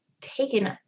taken